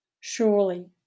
surely